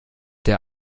der